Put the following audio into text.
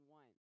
one